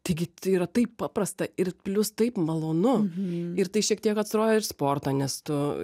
taigi tai yra taip paprasta ir plius taip malonu ir tai šiek tiek atstoja ir sportą nes tu